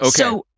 Okay